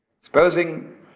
Supposing